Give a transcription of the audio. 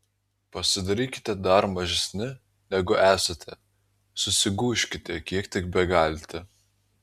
pasidarykite dar mažesni negu esate susigūžkite kiek tik begalite